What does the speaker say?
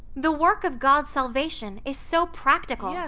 the work of god's salvation is so practical! yes!